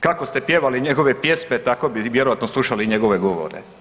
Kako ste pjevali njegove pjesme, tako bi vjerojatno slušali i njegove govore.